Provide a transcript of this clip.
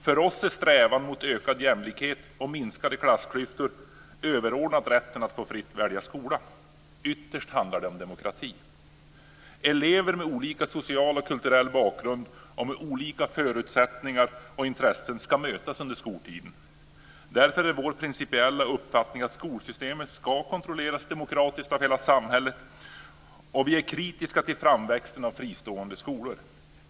För oss är strävan mot ökad jämlikhet och minskade klassklyftor överordnad rätten att fritt få välja skola. Ytterst handlar det om demokrati. Elever med olika social och kulturell bakgrund och med olika förutsättningar och intressen ska mötas under skoltiden. Därför är vår principiella uppfattning att skolsystemet ska kontrolleras demokratiskt av hela samhället. Vi är kritiska till framväxten av fristående skolor.